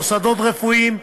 מוסדות רפואיים,